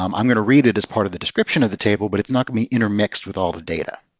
um i'm going to read it as part of the description of the table, but it's not going to be intermixed with all the data.